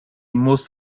most